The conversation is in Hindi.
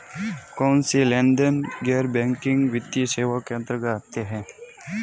कौनसे लेनदेन गैर बैंकिंग वित्तीय सेवाओं के अंतर्गत आते हैं?